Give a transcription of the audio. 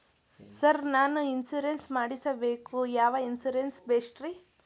Sir ನಾನು insurance ಮಾಡಿಸಬೇಕು ಯಾವ ಇನ್ಶೂರೆನ್ಸ್ ಬೆಸ್ಟ್ರಿ?